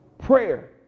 Prayer